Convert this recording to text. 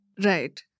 Right